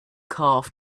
calf